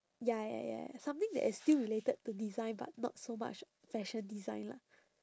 ya ya ya ya something that is still related to design but not so much fashion design lah